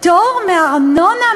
פטור מארנונה?